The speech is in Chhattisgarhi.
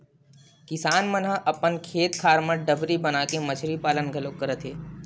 किसान मन ह अपन खेत खार म डबरी बनाके मछरी पालन घलोक करत हे